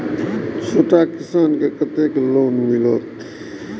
छोट किसान के कतेक लोन मिलते?